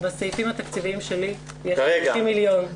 בסעיפים התקציביים שלי יש 50 מיליון.